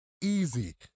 easy